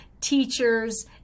teachers